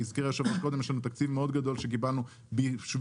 יש לנו תקציב מאוד גדול שקיבלנו בשביל